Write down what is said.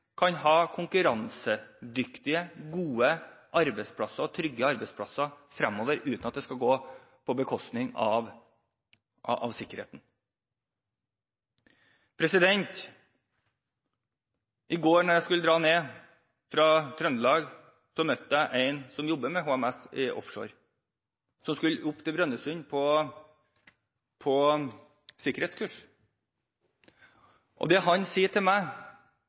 kan ha konkurransedyktige, gode og trygge arbeidsplasser fremover uten at det skal gå på bekostning av sikkerheten. I går, da jeg skulle dra ned fra Trøndelag, møtte jeg en som jobber med HMS i offshore, og som skulle opp til Brønnøysund på sikkerhetskurs. Det han sa til meg,